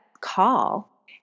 call